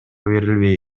берилбей